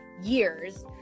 years